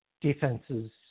Defenses